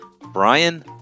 Brian